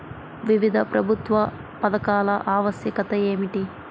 వివిధ ప్రభుత్వ పథకాల ఆవశ్యకత ఏమిటీ?